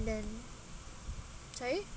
then sorry